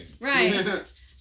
Right